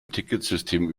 ticketsystem